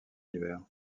hiver